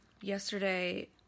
Yesterday